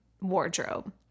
wardrobe